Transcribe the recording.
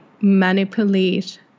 manipulate